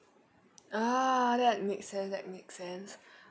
ah that makes sense that makes sense